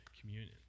communion